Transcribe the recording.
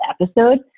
episode